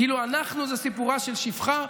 כאילו אנחנו זה סיפורה של שפחה,